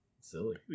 silly